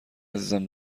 عزیزم